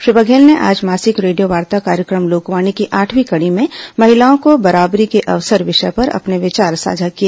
श्री बघेल ने आज मासिक रेडियो वार्ता कार्यक्रम लोकवाणी की आठवीं कड़ी में महिलाओं को बराबरी के अवसर विषय पर अपने विचार साझा किए